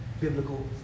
biblical